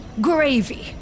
gravy